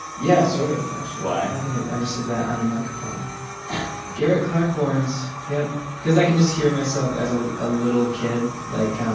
yeah, sort of, actually why? i don't think i've ever said that on a microphone garrett clark borns yup because i can just hear myself as ah a little kid like, um